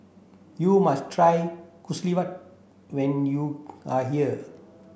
you must try when you are here